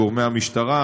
גורמי המשטרה,